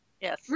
Yes